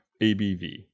ABV